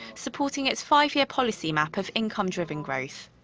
supporting its five-year policy roadmap of income-driven growth.